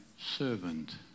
servant